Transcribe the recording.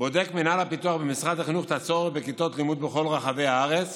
בודק מינהל הפיתוח במשרד החינוך את הצורך בכיתות לימוד בכל רחבי הארץ